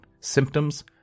symptoms